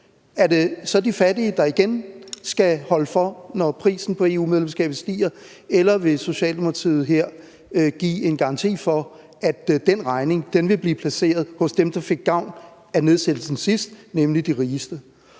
Er det så de fattige, der igen skal holde for, når prisen på EU-medlemskabet stiger, eller vil Socialdemokratiet her give en garanti for, at den regning vil blive placeret hos dem, der fik gavn af nedsættelsen sidst, nemlig de rigeste?